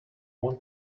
want